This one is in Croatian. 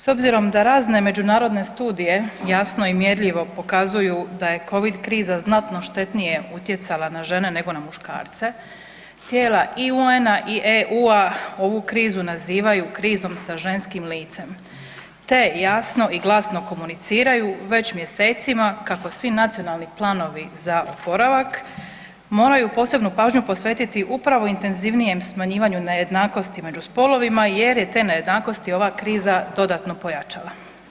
S obzirom da razne međunarodne studije jasno i mjerljivo pokazuju da je covid kriza znatno štetnije utjecala na žene nego na muškarce, tijela UN-a i EU-a ovu krizu nazivaju krizom sa ženskim licem te jasno i glasno komuniciraju već mjesecima kako svi nacionalni planovi za oporavak moraju posebnu pažnju posvetiti upravo intenzivnijem smanjivanju nejednakosti među spolovima, jer je te nejednakosti ova kriza dodatno pojačala.